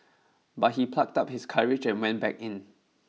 but he plucked up his courage and went back in